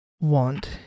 want